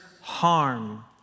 harm